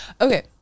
Okay